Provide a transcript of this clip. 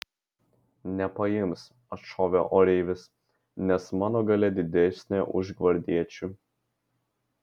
nepaims atšovė oreivis nes mano galia didesnė už gvardiečių